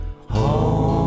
home